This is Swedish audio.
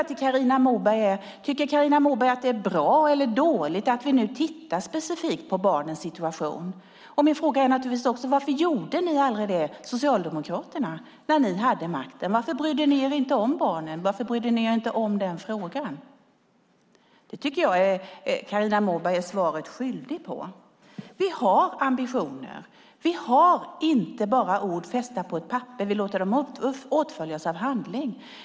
Tycker Carina Moberg att det är bra eller dåligt att vi nu tittar specifikt på barnens situation? Och varför gjorde ni socialdemokrater aldrig det när ni hade makten? Varför brydde ni er inte om barnen? Varför brydde ni er inte om den frågan? Där tycker jag att Carina Moberg är svaret skyldig. Vi har ambitioner. Vi har inte bara ord fästa på ett papper, utan vi låter dem åtföljas av handling.